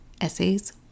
Essays